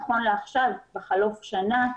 נכון לעכשיו, בחלוף שנה,